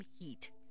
heat